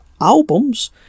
albums